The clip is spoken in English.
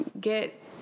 get